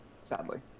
sadly